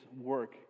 work